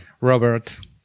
Robert